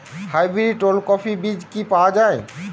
Hybrid ওলকফি বীজ কি পাওয়া য়ায়?